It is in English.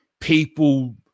people